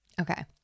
Okay